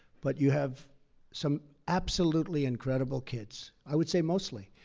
but you have some absolutely incredible kids i would say mostly